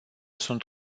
sunt